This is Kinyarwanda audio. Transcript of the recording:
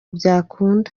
byakunda